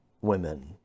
women